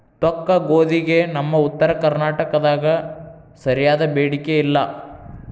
ತೊಕ್ಕಗೋಧಿಗೆ ನಮ್ಮ ಉತ್ತರ ಕರ್ನಾಟಕದಾಗ ಸರಿಯಾದ ಬೇಡಿಕೆ ಇಲ್ಲಾ